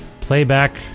playback